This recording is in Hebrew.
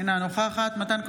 אינו נוכח דוד ביטן,